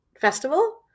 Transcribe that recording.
festival